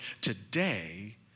today